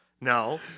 No